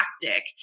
tactic